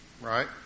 right